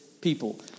people